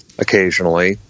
occasionally